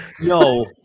No